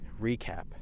recap